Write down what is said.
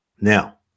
now